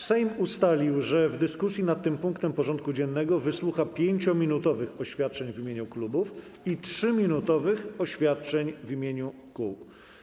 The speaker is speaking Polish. Sejm ustalił, że w dyskusji nad tym punktem porządku dziennego wysłucha 5-minutowych oświadczeń w imieniu klubów i 3-minutowych oświadczeń w imieniu kół.